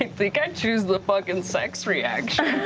and think i'd choose the fucking sex reaction.